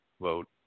vote